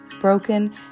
broken